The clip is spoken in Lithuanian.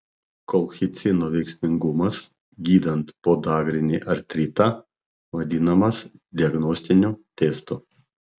kolchicino veiksmingumas gydant podagrinį artritą vadinamas diagnostiniu testu